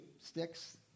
sticks